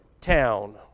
town